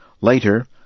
Later